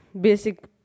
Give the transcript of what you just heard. basic